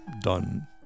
done